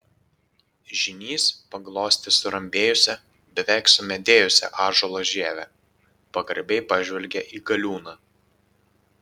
žynys paglostė surambėjusią beveik sumedėjusią ąžuolo žievę pagarbiai pažvelgė į galiūną